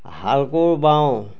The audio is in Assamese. হাল কোঁৰ বাওঁ